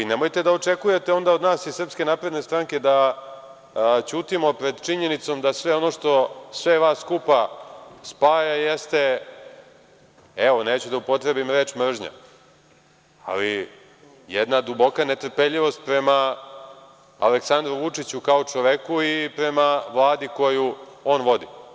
Nemojte da očekujete onda od nas iz SNS da ćutimo pred činjenicom da sve ono što sve vas skupa spaja jeste, evo, neću da upotrebim reč mržnja, ali jedna duboka netrpeljivost prema Aleksandru Vučiću kao čoveku i prema Vladi koju on vodi.